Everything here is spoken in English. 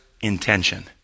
intention